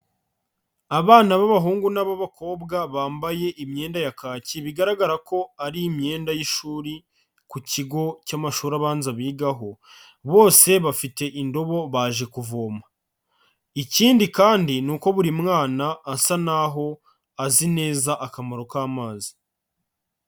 Abana b'abahungu n'ab'abakobwa bambaye imyenda ya kaki bigaragara ko ari imyenda y'ishuri ku kigo cy'amashuri abanza bigaho, bose bafite indobo baje kuvoma, ikindi kandi ni uko buri mwana asa naho azi neza akamaro k'amazi.